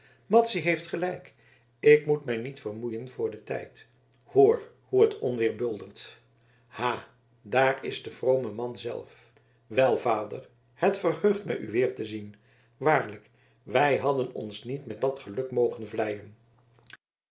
madzy heeft gelijk ik moet mij niet vermoeien voor den tijd hoor hoe het onweer buldert ha daar is de vrome man zelf wel vader het verheugt mij u weer te zien waarlijk wij hadden ons niet met dat geluk